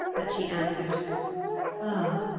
but she answered ah,